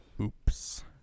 Oops